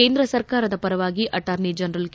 ಕೇಂದ್ರ ಸರ್ಕಾರದ ಪರವಾಗಿ ಅಟಾರ್ನಿ ಜನರಲ್ ಕೆ